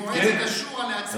ממועצת השורא אישור להצביע.